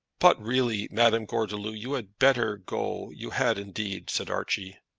but really, madame gordeloup, you had better go you had, indeed, said archie.